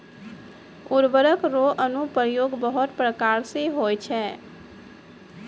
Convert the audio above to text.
उर्वरक रो अनुप्रयोग बहुत प्रकार से होय छै